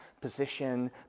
position